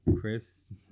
Chris